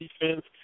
defense